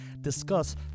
discuss